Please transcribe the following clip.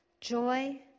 joy